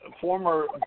former